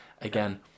again